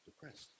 depressed